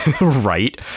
Right